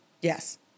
Yes